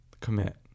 commit